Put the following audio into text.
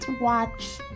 watch